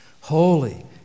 Holy